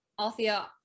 Althea